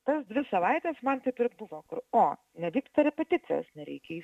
tas dvi savaites man taip ir buvo kur o nevyksta repeticijos nereikia į